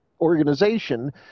organization